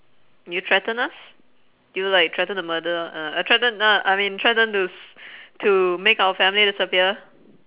do you threaten us do you like threaten to murder uh threaten uh I mean threaten to s~ to make our family disappear